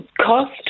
cost